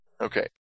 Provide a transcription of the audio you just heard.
Okay